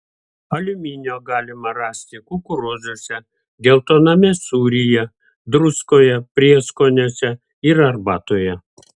aliuminio galima rasti kukurūzuose geltoname sūryje druskoje prieskoniuose ir arbatoje